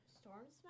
Storm's